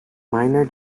minor